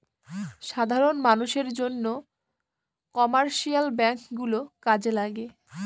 সাধারন মানষের জন্য কমার্শিয়াল ব্যাঙ্ক গুলো কাজে লাগে